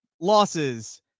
losses